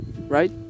right